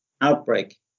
outbreak